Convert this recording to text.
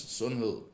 sundhed